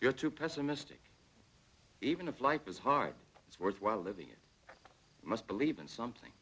you're too pessimistic even if life is hard it's worthwhile living you must believe in something